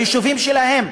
ליישובים שלהם?